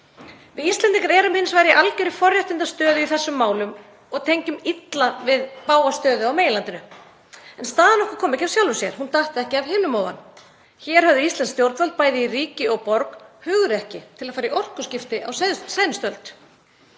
Við Íslendingar erum hins vegar í algjörri forréttindastöðu í þessum málum og tengjum illa við bága stöðu á meginlandinu. En staða okkar kom ekki af sjálfu sér. Hún datt ekki af himnum ofan. Hér höfðu íslensk stjórnvöld, bæði ríki og borg, hugrekki til að fara í orkuskipti á seinustu öld.